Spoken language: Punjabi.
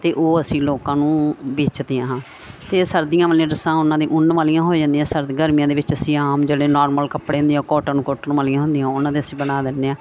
ਅਤੇ ਉਹ ਅਸੀਂ ਲੋਕਾਂ ਨੂੰ ਵੇਚਦੇ ਹਾਂ ਅਤੇ ਇਹ ਸਰਦੀਆਂ ਵਾਲੀਆਂ ਡਰੈੱਸਾਂ ਉਹਨਾਂ ਦੀ ਉੱਨ ਵਾਲੀਆਂ ਹੋ ਜਾਂਦੀਆਂ ਸਰਦ ਗਰਮੀਆਂ ਦੇ ਵਿੱਚ ਅਸੀਂ ਆਮ ਜਿਹੜੇ ਨਾਰਮਲ ਕੱਪੜੇ ਹੁੰਦੇ ਜਾਂ ਕੋਟਨ ਕੂਟਨ ਵਾਲੀਆਂ ਹੁੰਦੀਆਂ ਉਹਨਾਂ ਦੇ ਅਸੀਂ ਬਣਾ ਦਿੰਦੇ ਹਾਂ